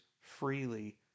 freely